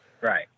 Right